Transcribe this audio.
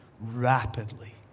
rapidly